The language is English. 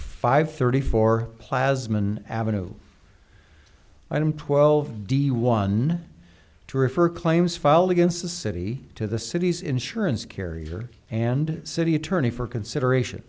five thirty four plasma in ave i'm twelve d one to refer claims filed against the city to the city's insurance carrier and city attorney for consideration